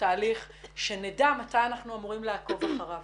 תהליך שנדע מתי אנחנו אמורים לעקוב אחריו.